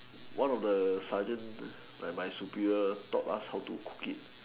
one of the sergeant like my superior taught us how to cook it